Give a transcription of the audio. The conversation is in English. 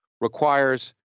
requires